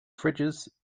fridges